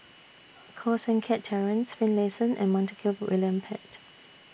Koh Seng Kiat Terence Finlayson and Montague William Pett